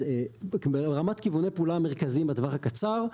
אז ברמת כיווני הפעולה המרכזיים בטווח הקצר,